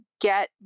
get